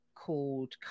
Called